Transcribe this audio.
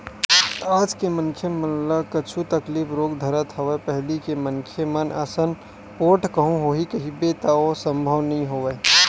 आज के मनखे मन ल कुछु तकलीफ रोग धरत हवय पहिली के मनखे मन असन पोठ कहूँ होही कहिबे त ओ संभव नई होवय